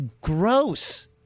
gross